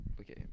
Okay